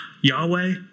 Yahweh